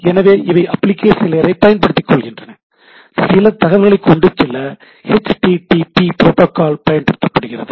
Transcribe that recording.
எனவே இவை அப்ளிகேஷன் லேயரை பயன்படுத்திக்கொள்கின்றன சில தகவல்களை கொண்டு செல்ல H T T P protocol பயன்படுத்தப்படுகிறது